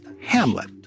Hamlet